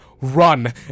run